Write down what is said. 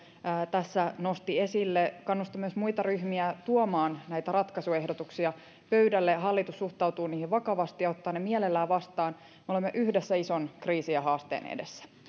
tässä nosti esille kannustan myös muita ryhmiä tuomaan näitä ratkaisuehdotuksia pöydälle hallitus suhtautuu niihin vakavasti ja ottaa ne mielellään vastaan me olemme yhdessä ison kriisin ja haasteen edessä